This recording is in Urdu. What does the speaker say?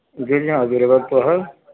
جی جی ہاں اویلیبل تو ہے